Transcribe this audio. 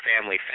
family